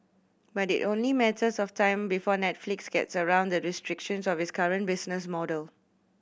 but it only matters of time before Netflix gets around the restrictions of its current business model